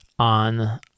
on